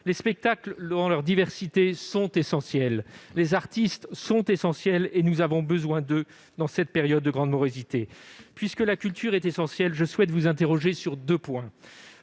les spectacles dans leur diversité sont essentiels, les artistes sont essentiels et nous avons besoin d'eux dans cette période de grande morosité. Puisque la culture est essentielle, je souhaite vous interroger sur deux points,